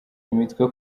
imitwe